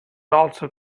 also